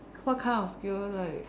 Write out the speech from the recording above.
what kind of skill like